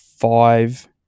five